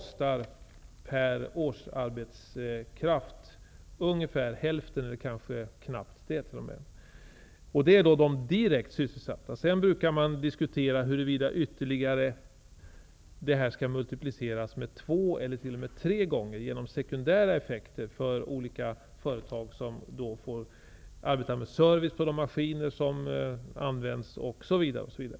Siffran gäller då de direkt sysselsatta. Sedan brukar man diskutera huruvida siffran skall multipliceras med två eller tre, i och med de sekundära effekter som uppstår för olika företag som får arbeta med service på de maskiner som används osv.